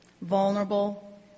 vulnerable